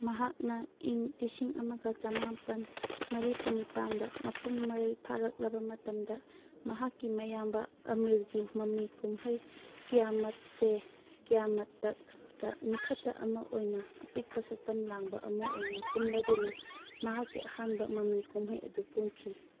ꯃꯍꯥꯛꯅ ꯏꯪ ꯂꯤꯁꯤꯡ ꯑꯃꯒ ꯆꯃꯥꯄꯜ ꯃꯔꯤꯐꯨ ꯅꯤꯄꯥꯜꯗ ꯃꯄꯨꯡ ꯃꯔꯩ ꯐꯥꯔꯛꯂꯕ ꯃꯇꯝꯗ ꯃꯍꯥꯛꯀꯤ ꯃꯌꯥꯝꯕ ꯑꯃꯤꯔꯒꯤ ꯃꯃꯤ ꯀꯨꯝꯍꯩ ꯀꯤꯌꯥꯃꯠꯁꯦ ꯀꯤꯌꯥꯃꯠꯇꯛꯇ ꯃꯤꯐꯠꯇ ꯑꯃ ꯑꯣꯏꯅ ꯑꯄꯤꯛꯄ ꯁꯛꯇꯝ ꯂꯥꯡꯕ ꯑꯃ ꯑꯣꯏꯅ ꯀꯨꯝꯂꯗꯨꯅ ꯃꯍꯥꯛꯀꯤ ꯑꯍꯥꯟꯕ ꯃꯃꯤ ꯀꯨꯝꯍꯩ ꯑꯗꯨ ꯀꯨꯝꯈꯤ